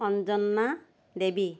Anjana Devi